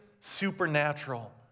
supernatural